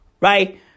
Right